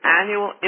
annual